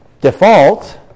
default